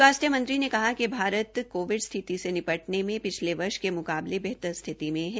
स्वासथ्य मंत्री ने कहा कि भारत कोविड स्थिति से निपटने में पिछले वर्ष के मुकाबले बेहतर स्थिति में है